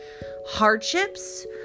hardships